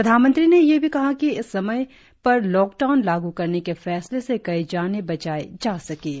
प्रधानमंत्री ने यह भी कहा कि समय पर लॉकडाउन लागू करने के फैसले से कई जानें बचाई जा सकीं